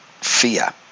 fear